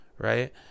Right